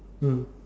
mm